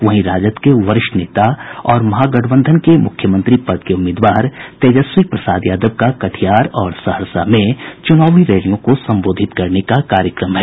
वहीं राजद के वरिष्ठ नेता और महागठबंधन के मुख्यमंत्री पद के उम्मीदवार तेजस्वी प्रसाद यादव का कटिहार और सहरसा में चुनावी रैलियों को संबोधित करने का कार्यक्रम है